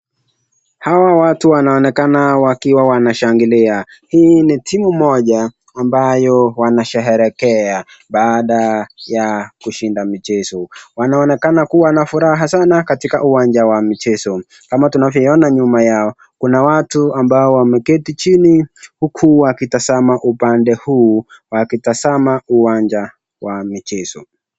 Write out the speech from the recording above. Hawa watu wanaonekana wakiwa wanashangilia. Hii ni timu moja ambayo wanasherehekea baada ya kushinda michezo. Wanaonekana kuwa na furaha sana katika uwanja ya michezo. Kama tunavyoona nyuma yao kuna watu ambao wameketi chini huku wakitazama upande huu. Wakitazama uwanja wa michezo.